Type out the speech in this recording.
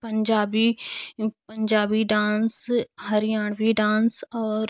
Punjabi Punjabi dance Haryanvi dance और